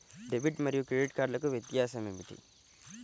Debit మరియు credit కార్డ్లకు వ్యత్యాసమేమిటీ?